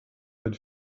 mit